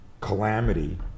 calamity